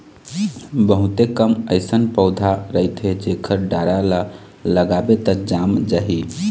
बहुते कम अइसन पउधा रहिथे जेखर डारा ल लगाबे त जाम जाही